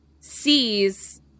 sees